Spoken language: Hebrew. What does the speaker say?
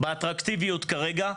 באטרקטיביות כרגע,